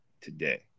today